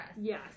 yes